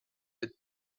that